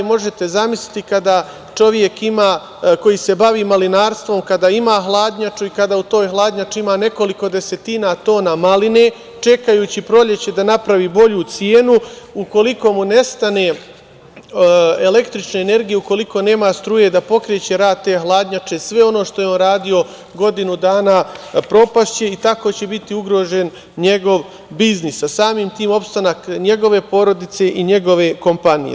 Možete zamisliti kada čovek, koji se bavi malinarstvom, kada ima hladnjaču i kada u toj hladnjači ima nekoliko desetina tona maline, čekajući proleće da napravi bolju cenu, ukoliko mu nestane električne energije, ukoliko nema struje da pokreće rad te hladnjače, sve ono što je on radio godinu dana propašće i tako će biti ugrožen njegov biznis, pa samim tim opstanak njegove porodice i njegove kompanije.